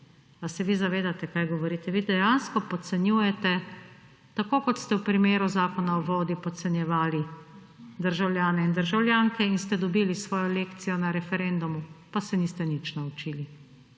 Ali se vi zavedate, kaj govorite? Vi dejansko podcenjujete, tako kot ste v primeru Zakona o vodi podcenjevali državljane in državljanke in ste dobili svojo lekcijo na referendumu, pa se niste nič naučili.